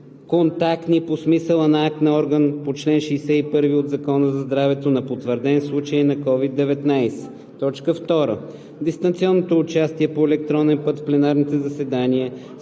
контактни по смисъла на акт на орган по чл. 61 от Закона за здравето на потвърден случай на COVID-19.